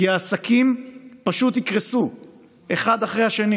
כי העסקים פשוט יקרסו אחד אחרי השני